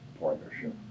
partnership